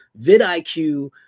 VidIQ